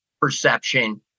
perception